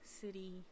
city